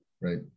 Right